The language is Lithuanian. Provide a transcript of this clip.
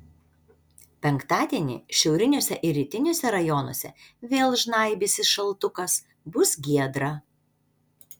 penktadienį šiauriniuose ir rytiniuose rajonuose vėl žnaibysis šaltukas bus giedra